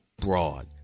broad